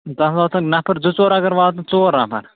تَتھ واتَن نَفَر زٕ ژور اَگر واتَن ژور نَفَر